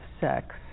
Sex